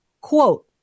Quote